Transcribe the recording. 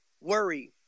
Worry